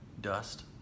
dust